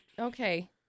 okay